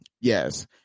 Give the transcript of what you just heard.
yes